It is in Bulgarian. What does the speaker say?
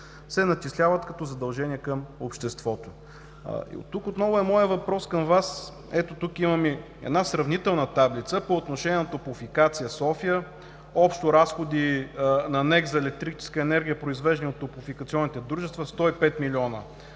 се начисляват като задължения към обществото. Тук отново е моят въпрос към Вас. Имам тук сравнителна таблица по отношение на „Топлофикация – София“ и общо разходи на НЕК за електрическа енергия, произвеждана от топлофикационните дружества – 105 милиона;